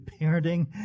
parenting